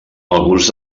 alguns